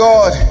God